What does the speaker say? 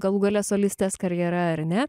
galų gale solistės karjera ar ne